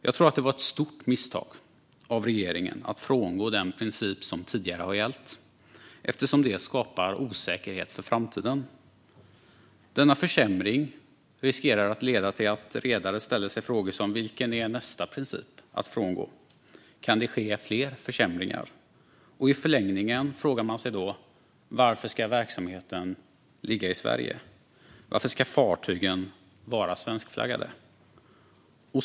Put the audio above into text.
Jag tror att det var ett stort misstag av regeringen att frångå den princip som tidigare gällt, eftersom det skapar osäkerhet inför framtiden. Denna försämring riskerar att leda till att redare ställer sig frågan vilken princip som ska frångås härnäst. Kan det ske fler försämringar? I förlängningen frågar man sig då varför verksamheten ska ligga i Sverige och varför fartygen ska vara svenskflaggade.